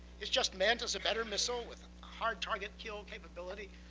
it's just meant as a better missile with a hard target kill capability,